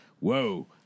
whoa